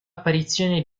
apparizione